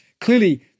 clearly